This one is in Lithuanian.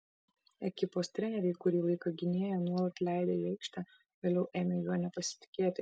ekipos treneriai kurį laiką gynėją nuolat leidę į aikštę vėliau ėmė juo nepasitikėti